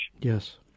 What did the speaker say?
Yes